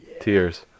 Tears